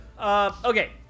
Okay